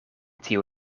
tiu